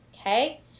okay